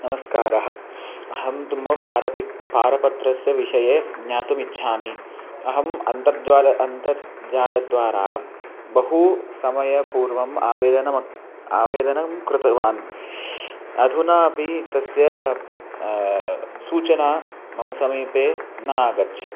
नमस्कारः अहं तु मम पारपित् पारपत्रस्य विषये ज्ञातुमिच्छामि अहम् अन्तर्जालम् अन्तर्जालद्वारा बहु समयपूर्वम् आवेदनम् आवेदनं कृतवान् अधुना अपि तस्य सूचना मम समीपे न आगच्छत्